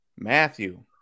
Matthew